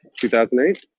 2008